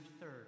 third